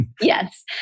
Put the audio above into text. Yes